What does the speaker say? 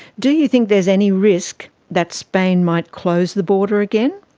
do you think there is any risk that spain might close the border again?